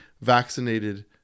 vaccinated